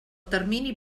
termini